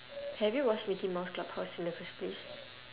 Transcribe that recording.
have you watch mickey mouse clubhouse in the first place